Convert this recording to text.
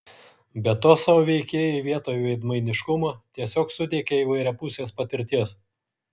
be to savo veikėjai vietoj veidmainiškumo tiesiog suteikia įvairiapusės patirties